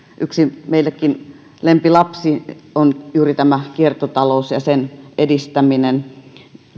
yksi meidänkin lempilapsemme on juuri kiertotalous ja sen edistäminen